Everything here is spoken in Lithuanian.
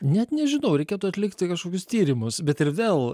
net nežinau reikėtų atlikti kažkokius tyrimus bet ir vėl